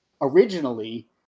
originally